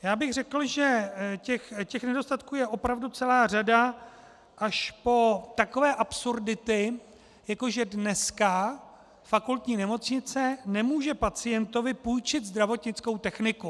Já bych řekl, že těch nedostatků je opravdu celá řada, až po takové absurdity, jako že dnes fakultní nemocnice nemůže pacientovi půjčit zdravotnickou techniku.